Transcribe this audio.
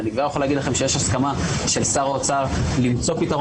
אני לא יכול להגיד לכם שיש הסכמה של שר האוצר למצוא פתרון